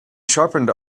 sharpened